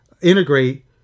integrate